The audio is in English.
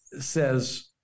says